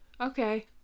Okay